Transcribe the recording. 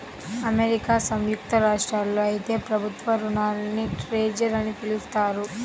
America సంయుక్త రాష్ట్రాల్లో అయితే ప్రభుత్వ రుణాల్ని ట్రెజర్ అని పిలుస్తారు